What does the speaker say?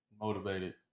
motivated